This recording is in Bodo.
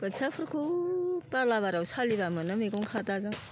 बोथियाफोरखौ बालाबारियाव सालिब्ला मोनो मैगं खादाजों